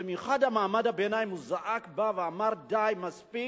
במיוחד מעמד הביניים זעק, בא ואמר: די, מספיק,